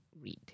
read